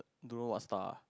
don't know what style